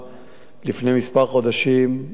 לפני כמה חודשים הקמתי